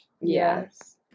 yes